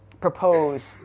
propose